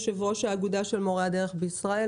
יו"ר האגודה של מורי הדרך בישראל,